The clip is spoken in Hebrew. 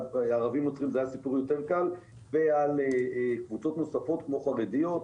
עם ערבים נוצרים זה היה יותר קל ועל קבוצות נוספות כמו חרדים,